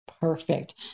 perfect